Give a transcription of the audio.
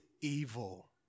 evil